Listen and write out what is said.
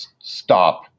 stop